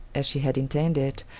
as she had intended,